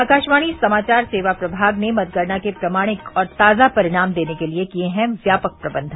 आकाशवाणी समाचार सेवा प्रभाग ने मतगणना के प्रमाणिक और ताजा परिणाम देने के लिए किए हैं व्यापक प्रबंध